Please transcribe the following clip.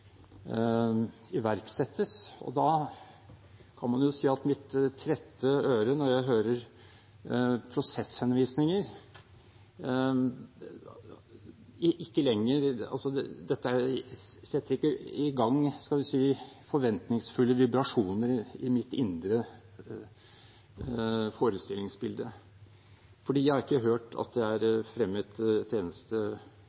iverksettes. Da kan man jo si om mitt trette øre at når jeg hører prosesshenvisninger, settes det ikke i gang forventningsfulle vibrasjoner i mitt indre forestillingsbilde. For jeg har ikke hørt at det er